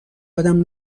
یادم